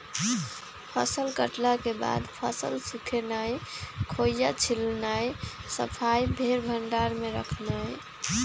फसल कटला के बाद फसल सुखेनाई, खोइया छिलनाइ, सफाइ, फेर भण्डार में रखनाइ